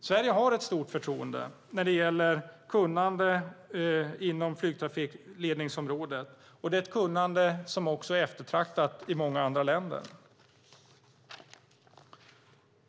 Sverige har stort förtroende när det gäller kunnande inom flygtrafikledningsområdet. Det är ett kunnande som också är eftertraktat i många andra länder.